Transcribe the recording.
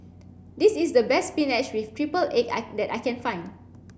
this is the best spinach with triple egg that I can find